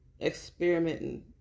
experimenting